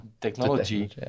technology